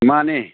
ꯃꯥꯟꯅꯦ